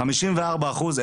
חמישים וארבעה אחוז.